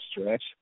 stretch